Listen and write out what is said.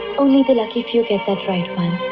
only the lucky few get that right one.